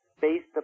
based